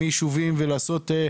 הם חושבים שאולי צריכים לעצור.